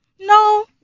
No